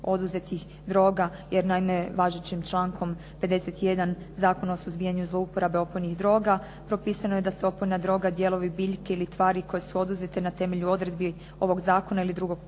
oduzetih droga. Jer naime važećim člankom 51. Zakona o suzbijanju zlouporabe opojnih droga propisano je da se opojna droga, dijelovi biljke ili tvari koje su oduzete na temelju odredbi ovog zakona ili drugog propisa